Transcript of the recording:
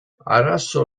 arazo